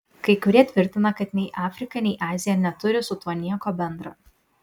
kai kurie tvirtina kad nei afrika nei azija neturi su tuo nieko bendra